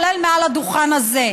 כולל מעל הדוכן הזה,